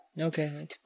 Okay